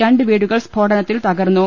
രണ്ട് വീടുകൾ സ്ഫോടനത്തിൽ തകർന്നു